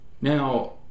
now